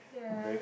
yeah